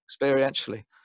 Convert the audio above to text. experientially